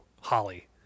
holly